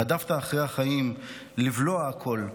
רדפת אחרי החיים, לבלוע הכול.